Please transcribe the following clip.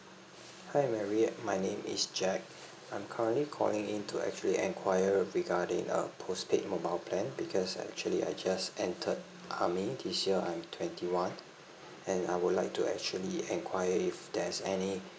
hi mary my name is jack I'm currently calling in to actually enquire regarding a postpaid mobile plan because actually I just entered I mean this year I'm twenty one and I would like to actually enquire if there's any